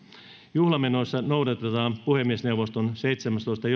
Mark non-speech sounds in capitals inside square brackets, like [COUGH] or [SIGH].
juhlamenoissa noudatetaan puhemiesneuvoston seitsemästoista [UNINTELLIGIBLE]